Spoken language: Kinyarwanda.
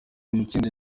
mutsinzi